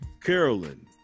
carolyn